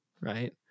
Right